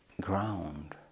ground